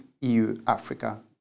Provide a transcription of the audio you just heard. EU-Africa